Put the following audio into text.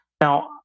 Now